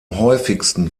häufigsten